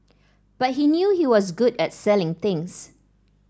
but he knew he was good at selling things